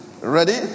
Ready